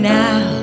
now